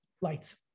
Lights